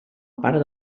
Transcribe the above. part